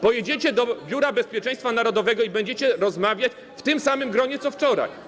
Pojedziecie do Biura Bezpieczeństwa Narodowego i będziecie rozmawiać w tym samym gronie co wczoraj.